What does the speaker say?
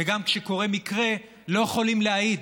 וגם כשקורה מקרה, לא יכולים להעיד.